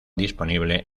disponible